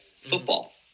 football